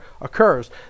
occurs